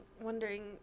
wondering